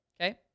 Okay